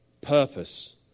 Purpose